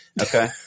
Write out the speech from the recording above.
okay